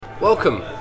Welcome